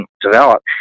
develop